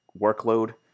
workload